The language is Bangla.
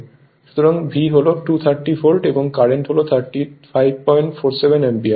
সুতরাং V হল 230 ভোল্ট কারেন্ট হল 3547 অ্যাম্পিয়ার